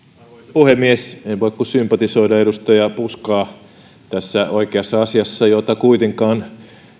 puhemies en voi kuin sympatisoida edustaja puskaa tässä oikeassa asiassa jota kuitenkaan